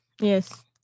Yes